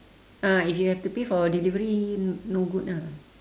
ah you have to pay for delivery no good lah